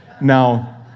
Now